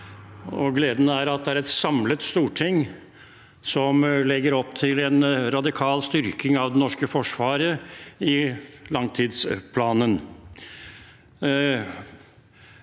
Gleden er at det er et samlet storting som legger opp til en radikal styrking av det norske forsvaret i langtidsplanen.